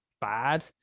bad